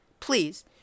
Please